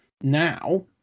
Now